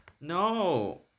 No